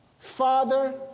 Father